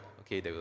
okay